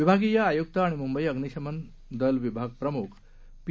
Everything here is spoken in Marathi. विभागीय आय्क्त आणि म्ंबई अग्निशमन विभाग प्रम्ख पी